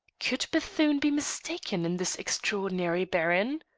could bethune be mistaken in this extraordinary baron?